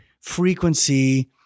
frequency